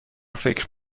فکر